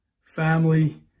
family